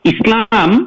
Islam